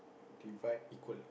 divide equal